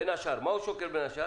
בין השאר, את מה שהוא שוקל, בין השאר?